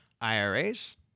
IRAs